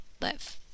live